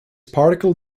particle